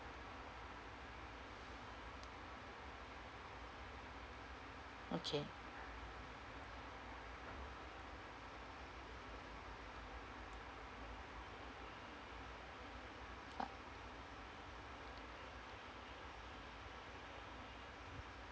okay